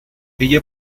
ella